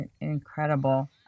incredible